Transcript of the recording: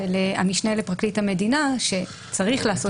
של המשנה לפרקליט המדינה שצריך לעשות